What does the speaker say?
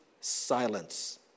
silence